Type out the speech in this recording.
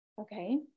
Okay